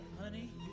Honey